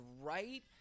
right